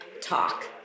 talk